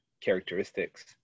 characteristics